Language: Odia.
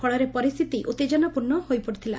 ଫଳରେ ପରିସ୍ଥିତି ଉଉଜନାପୂର୍ଷ୍ଣ ହୋଇପନିଥିଲା